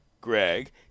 Greg